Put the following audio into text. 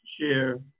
share